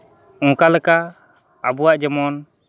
ᱚᱱᱠᱟ ᱞᱮᱠᱟ ᱟᱵᱚᱣᱟᱜ ᱡᱮᱢᱚᱱ